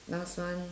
last one